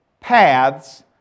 paths